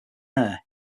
air